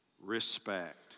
respect